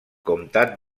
comtat